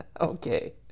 Okay